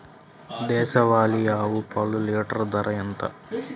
దేశవాలీ ఆవు పాలు లీటరు ధర ఎంత?